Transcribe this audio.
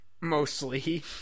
Mostly